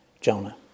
jonah